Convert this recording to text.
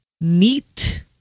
Neat